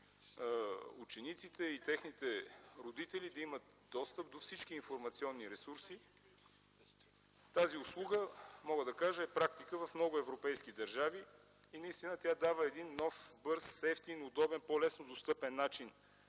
учениците и техните родители да имат достъп до всички информационни ресурси. Мога да кажа, че тази услуга е практика в много европейски държави. Тя дава наистина един нов, бърз, евтин, удобен, по-лесно достъпен начин